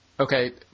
Okay